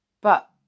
But